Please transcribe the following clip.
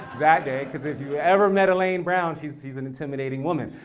that day, because if you've ever met elaine brown, she's she's an intimidating women,